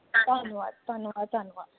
ਧੰਨਵਾਦ ਧੰਨਵਾਦ ਧੰਨਵਾਦ